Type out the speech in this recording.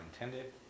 intended